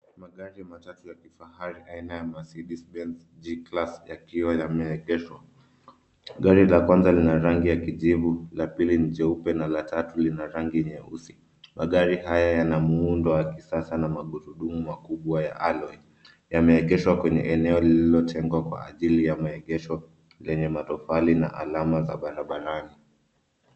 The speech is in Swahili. Magari matatu ya kifahari aina ya Mercedes-Benz G-Class yakiwa yameegeshwa. Gari la kwanza lina rangi ya kijivu, la pili ni jeupe na la tatu lina rangi nyeusi. Magari haya yana muundo wa kisasa na magurudumu makubwa ya Alloy . Yameegeshwa kwenye eneo lililotengwa kwa ajii ya maegesho lenye matofali na alama za barabarani.